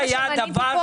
אני גם